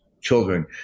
children